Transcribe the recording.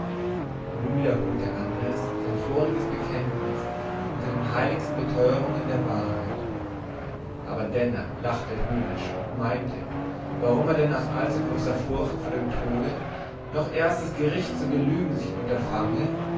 nun wiederholte andres sein voriges bekenntnis unter den heiligsten beteurungen der wahrheit aber denner lachte höhnisch und meinte warum er denn aus allzugroßer furcht vor dem tode noch erst das gericht zu belügen sich unterfange